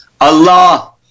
Allah